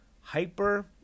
hyper